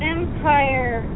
Empire